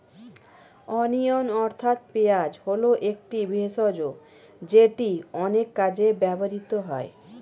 onion অর্থাৎ পেঁয়াজ হল একটি ভেষজ যেটি অনেক কাজে ব্যবহৃত হয়